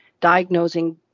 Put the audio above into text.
diagnosing